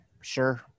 sure